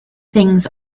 things